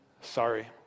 sorry